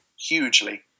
hugely